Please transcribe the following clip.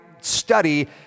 study